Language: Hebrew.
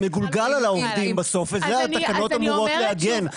וזה מגולגל על העובדים בסוף וזה התקנות אמורות להגן.